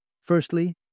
Firstly